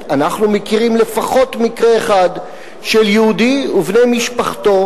אנחנו מכירים לפחות מקרה אחד של יהודי ובני משפחתו